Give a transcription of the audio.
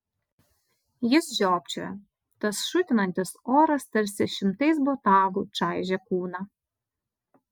jis žiopčiojo tas šutinantis oras tarsi šimtais botagų čaižė kūną